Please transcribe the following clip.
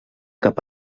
cap